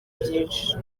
byinshi